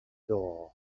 door